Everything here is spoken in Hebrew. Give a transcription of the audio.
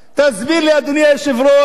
תסביר לי, אדוני היושב-ראש,